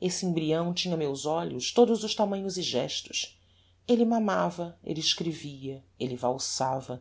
esse embryão tinha a meus olhos todos os tamanhos e gestos elle mamava elle escrevia elle valsava